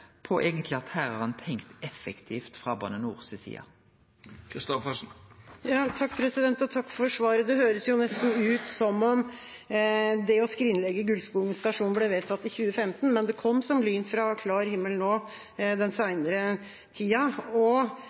på at ein eigentleg har tenkt effektivt frå Bane NOR si side. Takk for svaret. Det høres nesten ut som om det å skrinlegge Gulskogen stasjon ble vedtatt i 2015, men det kom som lyn fra klar himmel nå den seinere tida.